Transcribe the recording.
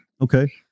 Okay